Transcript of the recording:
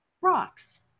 rocks